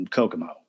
Kokomo